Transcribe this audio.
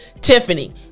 Tiffany